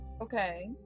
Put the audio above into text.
Okay